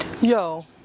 Yo